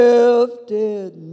Lifted